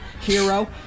hero